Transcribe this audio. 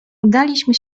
udaliśmy